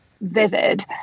vivid